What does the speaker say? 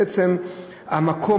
בעצם המקום,